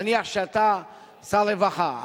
נניח שאתה שר רווחה,